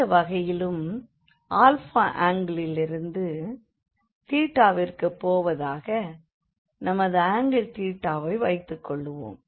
இந்த வகையிலும் ஆல்ஃபா ஆங்கிளிலிருந்து தீட்டாவிற்குப் போவதாக நமது ஆங்கிள் வைக் கொள்வோம்